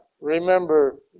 Remember